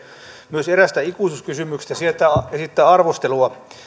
myös eräästä ikuisuuskysymyksestä sietää esittää arvostelua